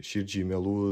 širdžiai mielų